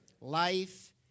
Life